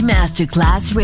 Masterclass